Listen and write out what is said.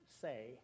say